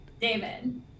david